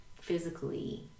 physically